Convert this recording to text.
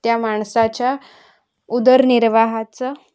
त्या माणसाच्या उदरनिर्वाहाचं